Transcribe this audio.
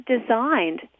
designed